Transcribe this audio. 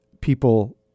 people